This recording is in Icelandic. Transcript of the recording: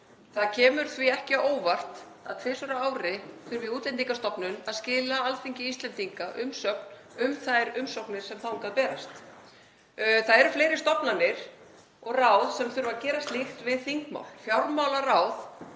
Það kemur því ekki á óvart að tvisvar á ári þurfi Útlendingastofnun að skila Alþingi Íslendinga umsögn um þær umsóknir sem þangað berast. Það eru fleiri stofnanir og ráð sem þurfa að gera slíkt við þingmál: Fjármálaráð